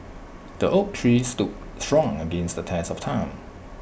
the oak tree stood strong against the test of time